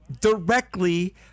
directly